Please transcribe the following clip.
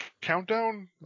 Countdown